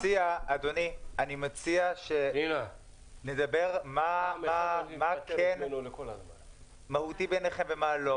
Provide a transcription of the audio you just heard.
אני מציע שנדבר על מה שמהותי בעיניכם ומה לא.